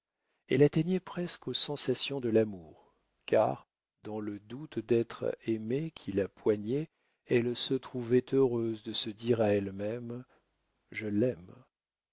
elle atteignait presque aux sensations de l'amour car dans le doute d'être aimée qui la poignait elle se trouvait heureuse de se dire à elle-même je l'aime